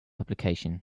publication